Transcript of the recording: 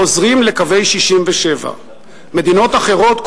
חוזרים לקווי 67'. מדינות אחרות,